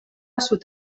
sud